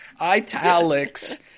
italics